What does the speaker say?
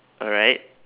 alright